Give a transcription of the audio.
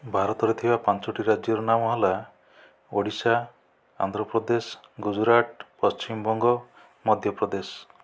ଭାରତରେ ଥିବା ପାଞ୍ଚଟି ରାଜ୍ୟର ନାମ ହେଲା ଓଡ଼ିଶା ଆନ୍ଧ୍ରପ୍ରଦେଶ ଗୁଜୁରାଟ ପଶିମବଙ୍ଗ ମଧ୍ୟପ୍ରଦେଶ